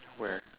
where